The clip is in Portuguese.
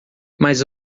mais